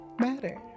matter